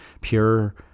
Pure